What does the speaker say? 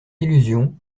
illusion